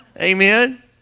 Amen